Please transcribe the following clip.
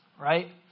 right